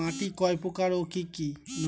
মাটি কয় প্রকার ও কি কি?